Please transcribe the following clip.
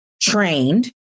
trained